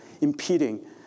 impeding